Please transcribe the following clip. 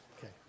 Okay